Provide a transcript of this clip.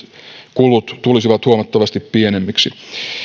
kulut tulisivat huomattavasti pienemmiksi